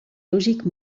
logique